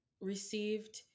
received